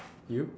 you